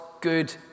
good